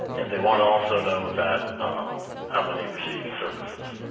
and they want to also know with that how many received services